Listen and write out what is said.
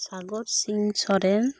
Sagar Singh Soren